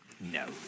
No